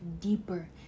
deeper